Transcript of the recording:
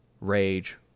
Rage